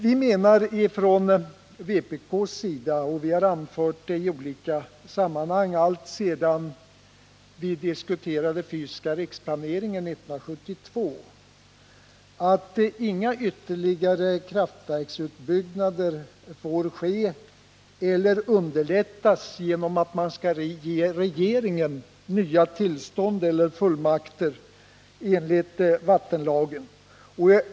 Vpk menar — och vpk har i olika sammanhang framhållit detta alltsedan diskussionen om den fysiska riksplaneringen 1972 började — att ingen ytterligare kraftverksutbyggnad bör få ske eller underlättas genom att regeringen ges nya fullmakter enligt vattenlagen.